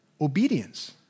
obedience